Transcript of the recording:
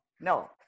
No